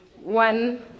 one